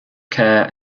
care